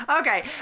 Okay